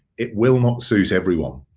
it will not suit everyone.